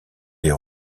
les